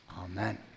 Amen